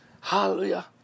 Hallelujah